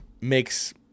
makes